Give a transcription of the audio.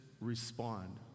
respond